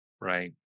Right